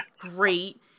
great